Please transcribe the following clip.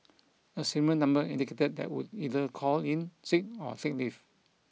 a similar number indicated that would either call in sick or take leave